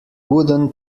wooden